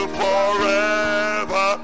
forever